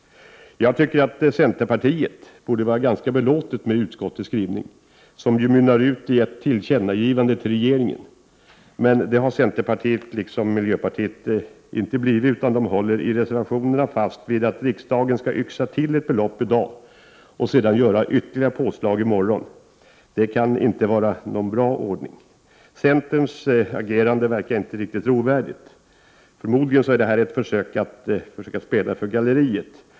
Jag tycker att centerpartiet borde vara ganska belåtet med utskottets skrivning, som ju mynnar ut i ett tillkännagivande till regeringen. Men det har centerpartiet, liksom miljöpartiet, inte blivit, utan de håller i reservationen fast vid att riksdagen skall yxa till ett belopp i dag och sedan göra ett ytterligare påslag i morgon. Det kan inte vara någon bra ordning. Centerns agerande verkar inte riktigt trovärdigt. Förmodligen är detta ett försök att spela för galleriet.